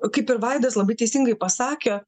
kaip ir vaidas labai teisingai pasakė